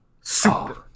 Super